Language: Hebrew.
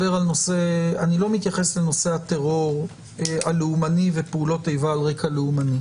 אני לא מתייחס לנושא הטרור הלאומני ופעולות איבה על רקע לאומני.